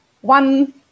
one